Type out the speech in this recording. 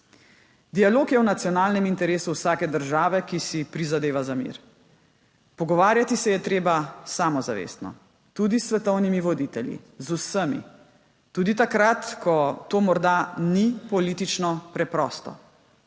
Dialog je v nacionalnem interesu vsake države, ki si prizadeva za mir. Pogovarjati se je treba samozavestno. Tudi s svetovnimi voditelji. Z vsemi. Tudi takrat, ko to morda ni politično preprosto,